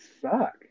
suck